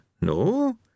No